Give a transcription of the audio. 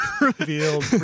revealed